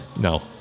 No